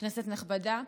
כנסת נכבדה,